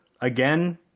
again